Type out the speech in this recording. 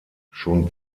schon